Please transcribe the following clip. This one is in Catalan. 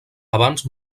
abans